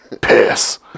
Piss